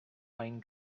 pine